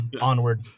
onward